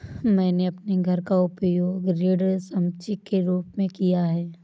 मैंने अपने घर का उपयोग ऋण संपार्श्विक के रूप में किया है